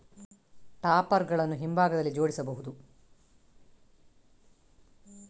topper ಗಳನ್ನು ಹಿಂಭಾಗದಲ್ಲಿ ಜೋಡಿಸಬಹುದು